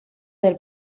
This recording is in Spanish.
del